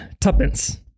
Tuppence